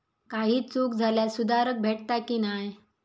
काही चूक झाल्यास सुधारक भेटता की नाय?